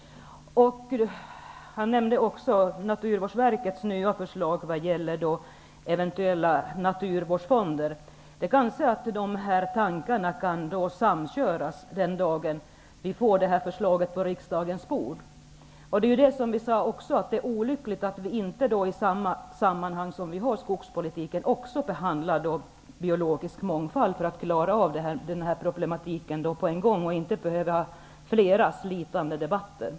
Han nämnde också Naturvårdsverkets nya förslag vad gäller eventuella naturvårdsfonder. Kanske kan dessa tankar samköras den dag vi får förslaget på riksdagens bord. Vi har ju också sagt att det är olyckligt att vi inte i samband med skogspolitiken också får behandla frågan om biologisk mångfald. Vi hade kunnat klara av den problematiken på en gång och inte behövt ha flera slitande debatter.